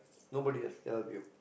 nobody can help you